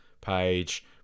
page